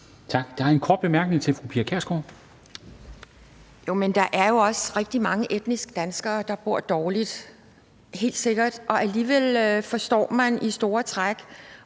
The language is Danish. Tak. Der er en kort bemærkning fra fru Pia Kjærsgaard. Kl. 13:54 Pia Kjærsgaard (DF): Jo, men der er jo også rigtig mange etniske danskere, der bor dårligt – helt sikkert – og alligevel forstår man i store træk